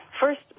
First